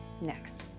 next